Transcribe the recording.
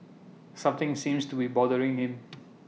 something seems to be bothering him